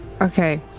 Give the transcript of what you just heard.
okay